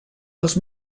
dels